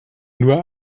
nur